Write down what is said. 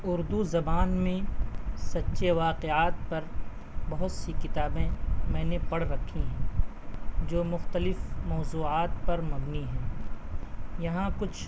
اردو زبان میں سچے واقعات پر بہت سی کتابیں میں نے پڑھ رکھی ہیں جو مختلف موضوعات پر مبنی ہیں یہاں کچھ